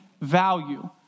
value